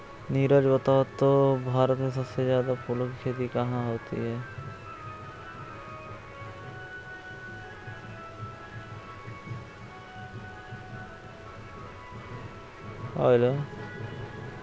नीरज बताओ तो भारत में सबसे ज्यादा फूलों की खेती कहां होती है?